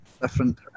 different